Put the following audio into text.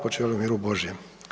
Počivali u miru Božjem.